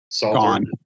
Gone